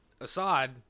Assad